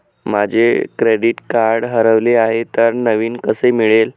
माझे credit card हरवले आहे तर नवीन कसे मिळेल?